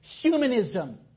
Humanism